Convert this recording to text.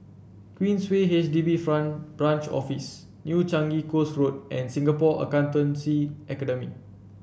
Queensway H D B Friend Branch Office New Changi Coast Road and Singapore Accountancy Academy